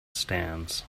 stands